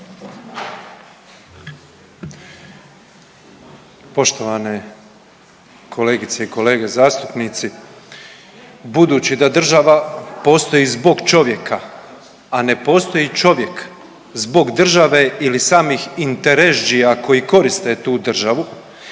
Poštovane kolegice i kolege zastupnici. Budući da država postoji zbog čovjeka, a ne postoji čovjek zbog države ili samih intereždžija koji koriste tu državu